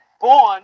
born